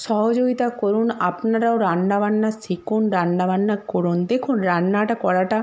সহযোগিতা করুন আপনারাও রান্না বান্না শিখুন রান্না বান্না করুন দেখুন রান্নাটা করাটা